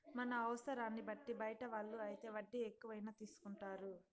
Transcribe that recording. మన అవసరాన్ని బట్టి బయట వాళ్ళు అయితే వడ్డీ ఎక్కువైనా తీసుకుంటారు